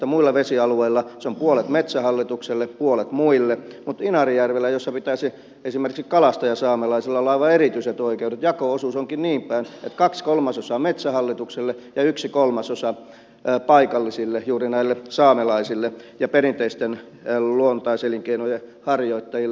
muilla vesialueilla se on puolet metsähallitukselle puolet muille mutta inarijärvellä jossa pitäisi esimerkiksi kalastajasaamelaisilla olla aivan erityiset oikeudet jako osuus onkin niinpäin että kaksi kolmasosaa metsähallitukselle ja yksi kolmasosa paikallisille juuri näille saamelaisille ja perinteisten luontaiselinkeinojen harjoittajille